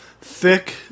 thick